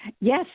yes